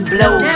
Blow